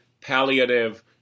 palliative